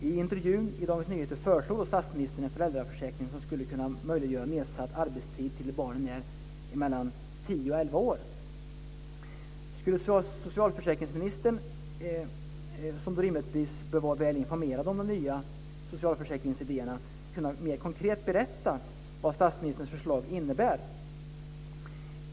I intervjun i Dagens Nyheter föreslår statsministern en föräldraförsäkring som skulle kunna möjliggöra nedsatt arbetstid till dess att barnen är mellan tio och elva år. Skulle socialförsäkringsministern, som rimligtvis bör vara väl informerad om de nya socialförsäkringsidéerna, kunna mer konkret berätta vad statsministerns förslag innebär?